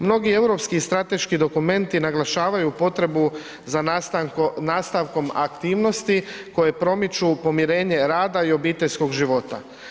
Mnogi europski strateški dokumenti naglašavaju potrebu za nastavkom aktivnosti koje promiču pomirenje rada i obiteljskog života.